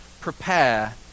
prepare